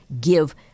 give